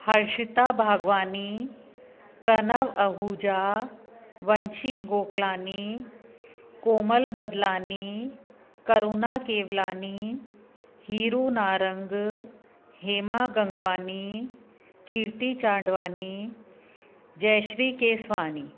Harshita Bhagwani Pranav Ahuja Vanshi Gokalani Komal Badlani Karuna Kewalani Hiru Narang Hema Gangwani Kirti Chandwani Jayshree Keswani